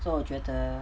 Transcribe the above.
so 我觉得